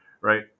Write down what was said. right